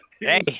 Hey